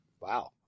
Wow